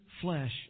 flesh